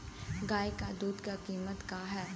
गाय क दूध क कीमत का हैं?